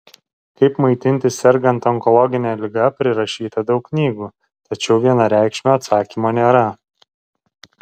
kaip maitintis sergant onkologine liga prirašyta daug knygų tačiau vienareikšmio atsakymo nėra